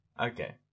Okay